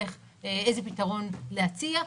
איזה פתרון להציע.